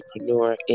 entrepreneur